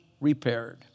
repaired